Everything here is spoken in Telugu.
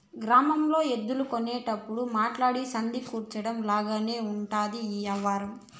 గ్రామాల్లో ఎద్దులు కొనేటప్పుడు మాట్లాడి సంధి కుదర్చడం లాగానే ఉంటది ఈ యవ్వారం